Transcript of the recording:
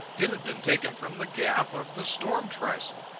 it had been taken from the gaff of the storm trysail,